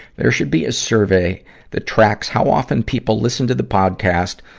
there should be a survey that tracks how often people listen to the podcast,